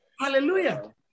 Hallelujah